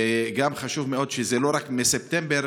וגם חשוב מאוד שזה לא רק מספטמבר.